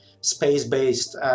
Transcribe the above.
space-based